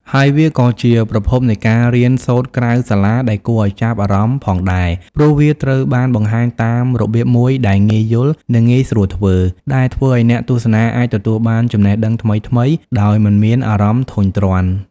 ហើយវាក៏ជាប្រភពនៃការរៀនសូត្រក្រៅសាលាដែលគួរឲ្យចាប់អារម្មណ៍ផងដែរ ព្រោះវាត្រូវបានបង្ហាញតាមរបៀបមួយដែលងាយយល់ និងងាយស្រួសធ្វើ ដែលធ្វើឲ្យអ្នកទស្សនាអាចទទួលបានចំណេះដឹងថ្មីៗដោយមិនមានអារម្មណ៍ធុញទ្រាន់។